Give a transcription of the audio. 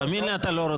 תאמין לי שאתה לא רוצה.